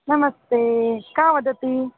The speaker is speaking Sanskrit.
नमस्ते का वदति